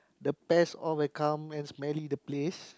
the pest all will come and smelly the place